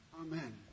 Amen